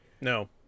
No